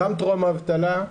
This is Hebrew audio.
גם טרום אבטלה,